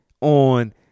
on